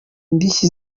indishyi